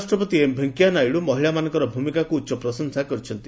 ଉପରାଷ୍ଟ୍ରପତି ଏମ୍ ଭେଙ୍କୟା ନାଇଡୁ ମହିଳାମାନଙ୍କର ଭୂମିକାକୁ ଉଚ୍ଚପ୍ରଶଂସା କରିଛନ୍ତି